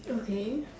okay